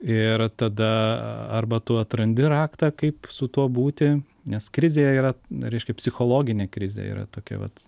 ir tada arba tu atrandi raktą kaip su tuo būti nes krizėje yra reiškia psichologinė krizė yra tokia vat